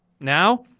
Now